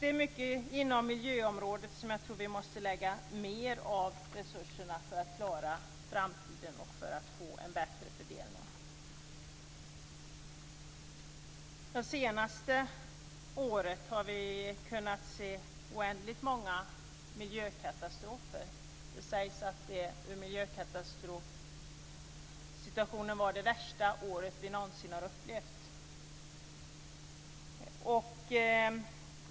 Det är mycket inom miljöområdet som vi måste lägga mer av resurserna på för att klara framtiden och för att få en bättre fördelning. Det senaste året har vi kunnat se oändligt många miljökatastrofer. Det sägs att miljökatastrofsituationen i år var den värsta vi någonsin upplevt.